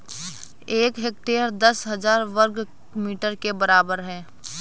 एक हेक्टेयर दस हजार वर्ग मीटर के बराबर है